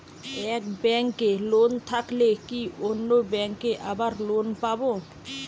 এক ব্যাঙ্কে লোন থাকলে কি অন্য ব্যাঙ্কে আবার লোন পাব?